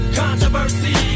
controversy